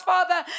Father